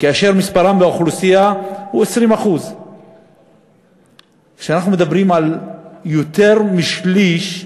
כאשר מספרם באוכלוסייה הוא 20%. כשאנחנו מדברים על יותר משליש,